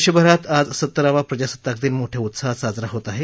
देशभरात आज सत्तरावा प्रजासत्ताक दिन मोठ्या उत्साहात साजरा होत आहे